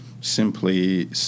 simply